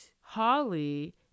Holly